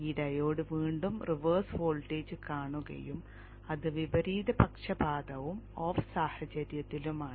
ഈ ഡയോഡ് വീണ്ടും reverse voltage കാണുകയും അത് വിപരീത പക്ഷപാതവും ഓഫ് സാഹചര്യത്തിലുമാണ്